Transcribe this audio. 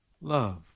love